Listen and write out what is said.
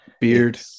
Beard